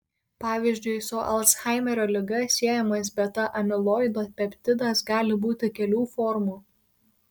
pavyzdžiui su alzhaimerio liga siejamas beta amiloido peptidas gali būti kelių formų